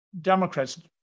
Democrats